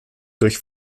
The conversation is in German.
durch